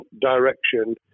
direction